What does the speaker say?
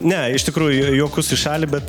ne iš tikrųjų juo juokus į šalį bet